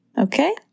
okay